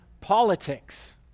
politics